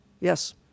yes